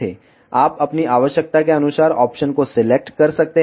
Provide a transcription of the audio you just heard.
आप अपनी आवश्यकता के अनुसार ऑप्शन को सिलेक्ट कर सकते हैं